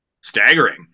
staggering